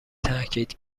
تاکید